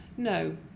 No